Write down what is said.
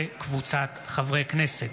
מאת חברי הכנסת